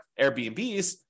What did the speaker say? Airbnbs